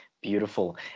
Beautiful